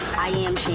i am